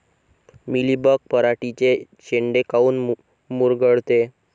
Mealybug पराटीचे चे शेंडे काऊन मुरगळते?